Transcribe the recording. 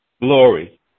Glory